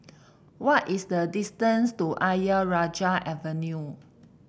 what is the distance to Ayer Rajah Avenue